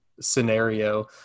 scenario